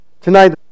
Tonight